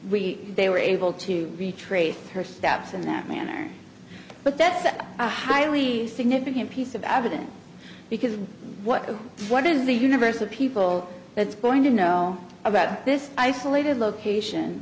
they were able to retrace her steps in that manner but that's a highly significant piece of evidence because what of what is the universe of people that's going to know about this isolated location